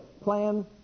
Plan